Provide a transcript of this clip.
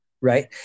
right